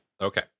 Okay